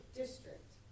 district